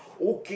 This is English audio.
okay